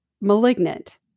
malignant